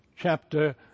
chapter